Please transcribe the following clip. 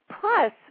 plus